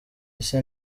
ese